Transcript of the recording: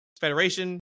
Federation